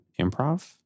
improv